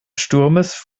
sturmes